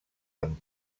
amb